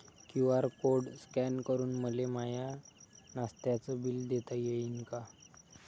QR code scan करून मले माय नास्त्याच बिल देता येईन का?